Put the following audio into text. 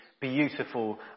beautiful